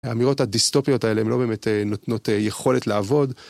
האמירות הדיסטופיות האלה הן לא באמת נותנות יכולת לעבוד.